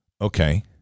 Okay